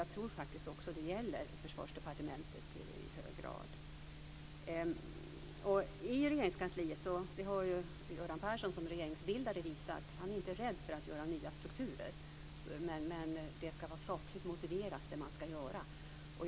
Jag tror faktiskt att det också gäller Försvarsdepartementet i hög grad. I Regeringskansliet har Göran Persson som regeringsbildare visat att han inte är rädd för att skapa nya strukturer, men det man ska göra ska vara sakligt motiverat.